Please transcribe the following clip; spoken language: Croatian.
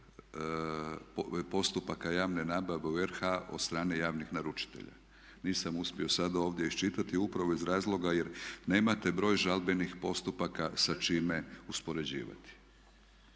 postupaka javne nabave u RH od strane javnih naručitelja. Nisam uspio sada ovdje iščitati upravo iz razloga jer nemate broj žalbenih postupaka sa čime uspoređivati.